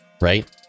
Right